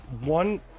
one